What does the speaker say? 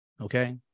Okay